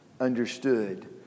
understood